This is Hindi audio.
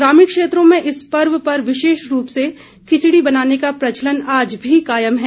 ग्रामीण क्षेत्रों में इस पर्व पर विशेष रूप से खिचड़ी बनाने का प्रचलन आज भी कायम है